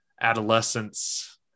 adolescence